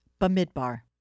Bamidbar